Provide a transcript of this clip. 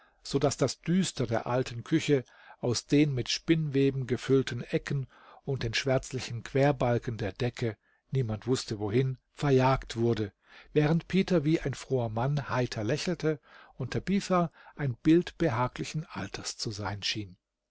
daß das düster der alten küche aus den mit spinnweben gefüllten ecken und den schwärzlichen querbalken der decke niemand wußte wohin verjagt wurde während peter wie ein froher mann heiter lächelte und tabitha ein bild behaglichen alters zu sein schien